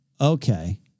Okay